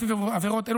שלפיו עבירות אלו,